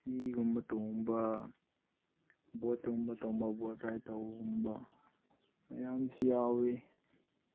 ꯍꯤꯒꯨꯝꯕ ꯇꯣꯡꯕ ꯕꯣꯠ ꯇꯣꯡꯅꯤꯡꯕ ꯇꯣꯡꯕ ꯕꯣꯠ ꯔꯥꯏꯠ ꯇꯧꯕꯒꯨꯝꯕ ꯃꯌꯥꯝꯕꯁꯤ ꯌꯥꯎꯏ